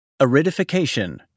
Aridification